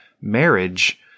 marriage